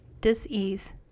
dis-ease